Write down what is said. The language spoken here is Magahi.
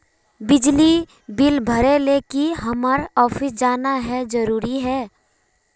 बिजली बिल भरे ले की हम्मर ऑफिस जाना है जरूरी है?